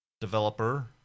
developer